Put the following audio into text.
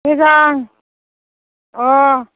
मोजां अह